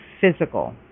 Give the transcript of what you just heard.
physical